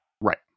right